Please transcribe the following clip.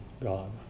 God